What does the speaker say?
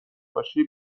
باشی